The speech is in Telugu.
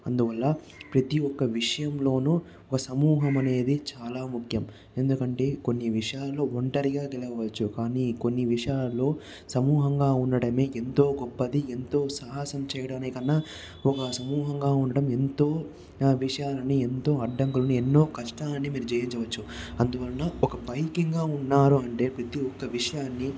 అందువల్ల ప్రతి ఒక్క విషయంలోనూ ఒక సమూహం అనేది చాలా ముఖ్యం ఎందుకంటే కొన్ని విషయాలు ఒంటరిగా గెలవచ్చు కానీ కొన్ని విషయాలలో సమూహంగా ఉండడమే ఎంతో గొప్పది ఎంతో సాహసం చేయడానికన్న ఒక్క సమూహంగా ఉండటమే ఎంతో విషయాలని ఎంతో అడ్డంకులని ఎన్నో కష్టాలని మీరు జయించవచ్చు అందువలన ఒక బైకింగ్ గా ఉన్నారంటే ప్రతి ఒక్క విషయాన్ని